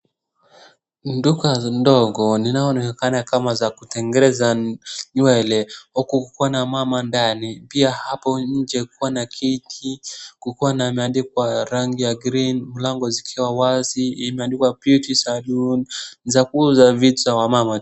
Duka ndogo linaloonekana kama za kutengeneza nywele, huku kukona mama ndani, pia hapo nje kuna kiti, kukona maandIko rangi ya green , mlango zikiwa wazi, imeandikwa Beauty Saloon , za kuuza vitu za wamama.